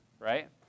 right